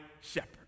shepherd